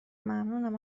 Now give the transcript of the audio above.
ممنونم